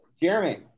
Jeremy